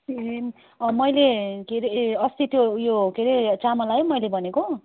ए मैले के अरे ए अस्ति त्यो उयो के अरे चामल आयो मैले भनेको